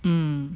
mm